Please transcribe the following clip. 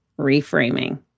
reframing